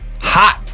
hot